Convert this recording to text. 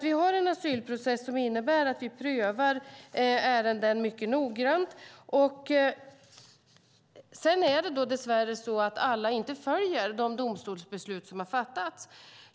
Vi har en asylprocess som innebär att vi prövar ärenden mycket noggrant, men sedan är det dess värre så att inte alla följer de domstolsbeslut som har fattats.